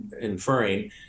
inferring